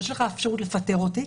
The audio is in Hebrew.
יש לך אפשרות לפטר אותי,